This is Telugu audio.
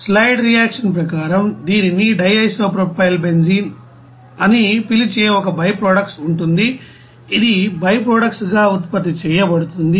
సైడ్ రియాక్షన్ ప్రకారం దీనిని డైసోప్రొపైల్బెంజీన్ అని పిలిచే ఒక బైప్రొడక్ట్స్ ఉంటుంది ఇదిబైప్రొడక్ట్స్ గా ఉత్పత్తి చేయబడుతుంది